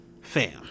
fam